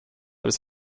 als